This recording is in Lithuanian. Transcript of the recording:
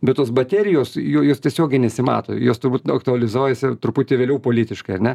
bet tos baterijos jo jos tiesiogiai nesimato jos turbūt aktualizuojasi truputį vėliau politiškai ar ne